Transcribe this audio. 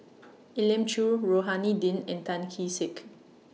Elim Chew Rohani Din and Tan Kee Sek